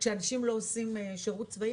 שאנשים לא עושים שירות צבאי?